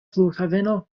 flughaveno